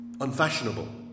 unfashionable